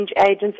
agents